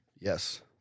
Yes